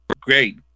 great